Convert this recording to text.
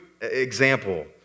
example